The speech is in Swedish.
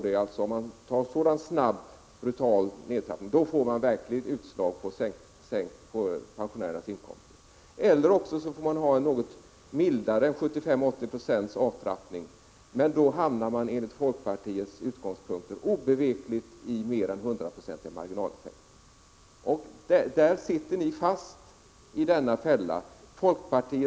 En sådan snabb, brutal nedtrappning ger ett verkligt utslag på pensionärernas inkomster. Eller också måste nedtrappningen bli något mildare än 75—80 26, men enligt folkpartiets utgångspunkter blir då marginaleffekterna obevekligen mer än 100 26. I denna fälla sitter folkpartiet fast.